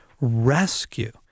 rescue